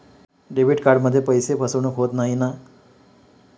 Debit कार्डमध्ये पैसे फसवणूक होत नाही ना?